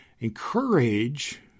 encourage